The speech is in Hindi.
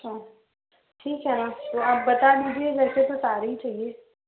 अच्छा ठीक है मैम तो आप बता दीजिए वैसे तो सारी ही चाहिए